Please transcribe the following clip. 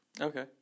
Okay